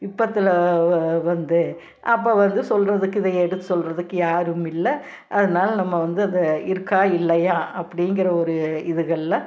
இப்போத்துல வந்து அப்போ வந்து சொல்லுறதுக்கு இதை எடுத்து சொல்லுறதுக்கு யாரும் இல்லை அதனால நம்ம வந்து அதை இருக்கா இல்லையா அப்படிங்கிற ஒரு இதுகளில்